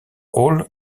ole